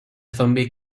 zombie